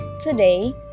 today